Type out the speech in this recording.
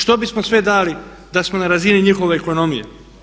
Što bismo sve dali da smo na razini njihove ekonomije?